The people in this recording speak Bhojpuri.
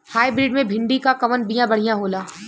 हाइब्रिड मे भिंडी क कवन बिया बढ़ियां होला?